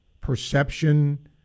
perception